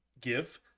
give